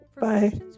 bye